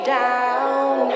down